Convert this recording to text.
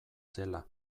zela